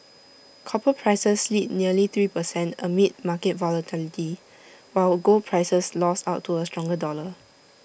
copper prices slid nearly three per cent amid market volatility while gold prices lost out to A stronger dollar